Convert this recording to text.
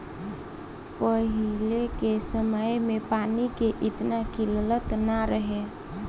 पहिले के समय में पानी के एतना किल्लत ना रहे